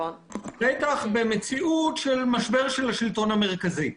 בטח במציאות של משבר של השלטון המרכזי.